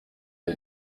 iyo